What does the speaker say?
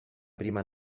prima